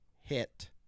Hit